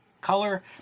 color